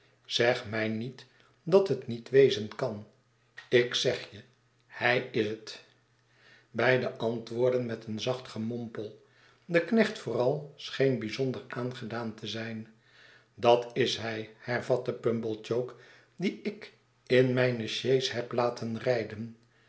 zeg mij niet dat het niet wezen kan ikzegje hij is het beiden antwoordden met een zachtgemompel de knecht vooral scheen bijzonder aangedaante zijn dat is hij hervatte pumblechook dien ik in mijne sjees heb laten rijden